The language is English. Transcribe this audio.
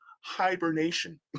hibernation